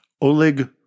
Oleg